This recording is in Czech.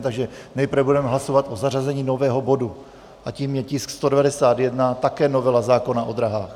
Takže nejprve budeme hlasovat o zařazení nového bodu a tím je tisk 191, také novela zákona o dráhách.